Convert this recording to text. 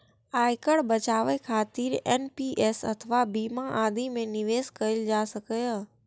आयकर बचाबै खातिर एन.पी.एस अथवा बीमा आदि मे निवेश कैल जा सकैए